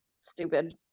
Stupid